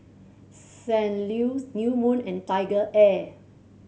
Saint Ives New Moon and TigerAir